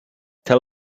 tell